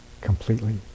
completely